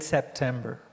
September